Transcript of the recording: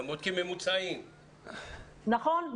נכון.